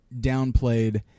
downplayed